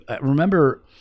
remember